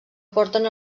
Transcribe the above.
porten